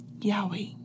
Yahweh